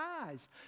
eyes